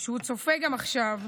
שצופה עכשיו,